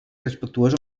respectuós